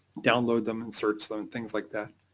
download them, and search them, things like that.